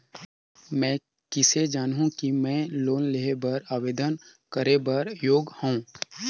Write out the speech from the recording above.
मैं किसे जानहूं कि मैं लोन लेहे बर आवेदन करे बर योग्य हंव?